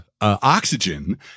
oxygen